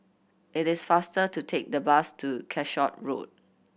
it is faster to take the bus to Calshot Road